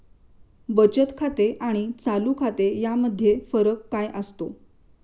बचत खाते आणि चालू खाते यामध्ये फरक काय असतो?